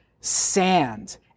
sand